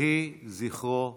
יהי זכרו ברוך.